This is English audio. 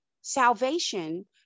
salvation